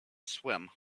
swim